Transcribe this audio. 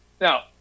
Now